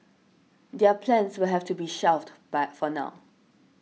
their plans will have to be shelved by for now